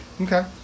Okay